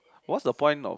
what's the point of